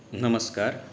नमस्कार